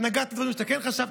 התנגדת לדברים שאתה כן חשבת,